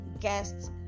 guests